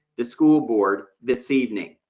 the school board, this evening.